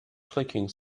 clicking